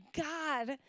God